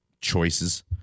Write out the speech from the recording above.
choices